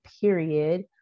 period